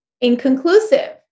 inconclusive